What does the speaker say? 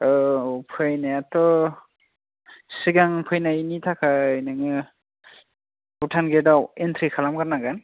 औ फैनायाथ' सिगां फैनायनि थाखाय नोङो भुटान गेटआव एनट्रि खालामग्रोनांगोन